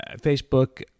Facebook